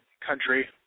country